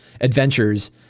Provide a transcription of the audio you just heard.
adventures